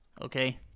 Okay